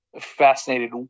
fascinated